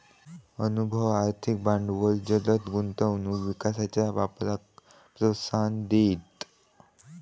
अनुभव, आर्थिक भांडवल जलद गुंतवणूक विकासाच्या वापराक प्रोत्साहन देईत